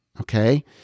Okay